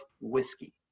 whiskey